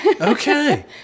okay